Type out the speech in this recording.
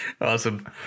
Awesome